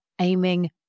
aiming